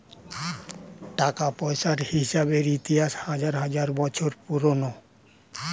টাকা পয়সার হিসেবের ইতিহাস হাজার হাজার বছর পুরোনো